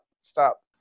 stop